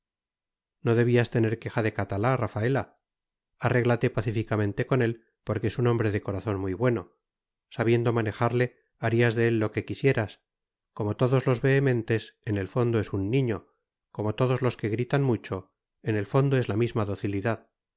no debías tener queja de catalá rafaela arréglate pacíficamente con él porque es un hombre de corazón muy bueno sabiendo manejarle harías de él lo que quisieras como todos los vehementes en el fondo es un niño como todos los que gritan mucho en el fondo es la misma docilidad